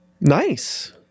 Nice